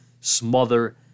smother